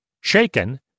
SHAKEN